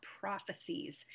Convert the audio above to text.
prophecies